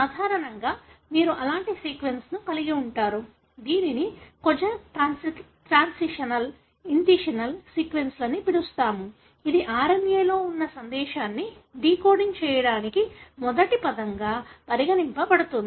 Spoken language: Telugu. సాధారణంగా మీరు అలాంటి సీక్వెన్స్లను కలిగి ఉంటారు దీనిని కోజాక్ ట్రాన్సిషనల్ ఇనిటీయేషన్ సీక్వెన్స్లు అని పిలుస్తారు ఇది RNA లో ఉన్న సందేశాన్ని డీకోడింగ్ చేయడానికి మొదటి పదంగా పరిగణించబడుతుంది